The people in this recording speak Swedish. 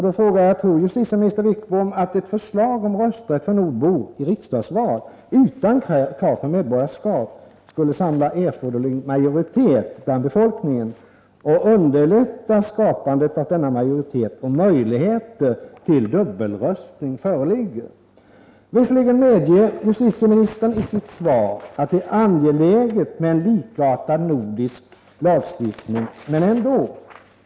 Då frågar jag: Tror justitieminister Wickbom att ett förslag om rösträtt för nordbor i riksdagsval, utan krav på medborgarskap, skulle samla erforderlig majoritet bland befolkningen? Underlättas skapandet av denna majoritet om möjligheter till dubbelröstning föreligger? Visserligen medger justitieministern i sitt svar att det är angeläget med en likartad nordisk lagstiftning — men ändå.